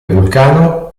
vulcano